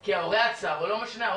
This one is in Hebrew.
כי ההורה עצר או לא משנה,